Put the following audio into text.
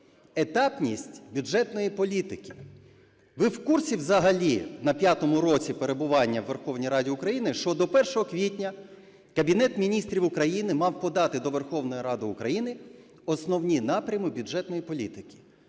етапність бюджетної політики. Ви в курсі взагалі на п'ятому році перебування в Верховній Раді України, що до 1 квітня Кабінет Міністрів України мав подати до Верховної Ради України основні напрями бюджетної політики?